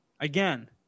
again